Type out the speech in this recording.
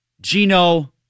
Gino